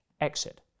exit